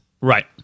right